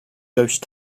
ghost